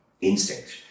instinct